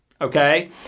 Okay